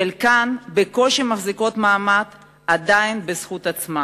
חלקן בקושי מחזיקות מעמד עדיין בזכות עצמן.